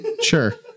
Sure